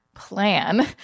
Plan